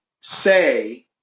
say